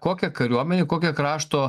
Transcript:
kokią kariuomenę kokią krašto